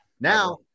Now